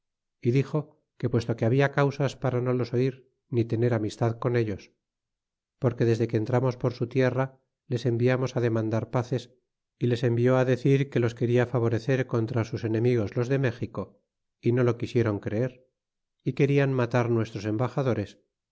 é dixo que puesto que habla causas para no los oir ni tener amistad con ellos porque desde que entramos por su tierra les enviamos demandar pazes y les envió decir que los quena favorecer contra sus enemigos los de méxico é no lo quisieron creer y querian matar nuestros embaxadores